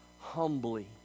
humbly